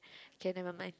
k never mind